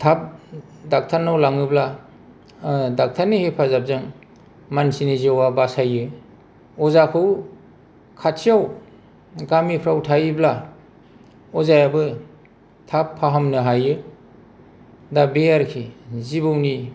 थाब डक्टरनाव लाङोब्ला डक्टरनि हेफाजाबजों मानसिनि जिउवा बासायो अजाखौ खाथियाव गामिफ्राव थायोब्ला अजायाबो थाब फाहामनो हायो दा बे आरोखि जिबौनि